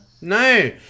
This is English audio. No